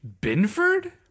Binford